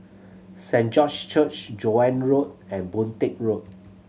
Saint George Church Joan Road and Boon Teck Road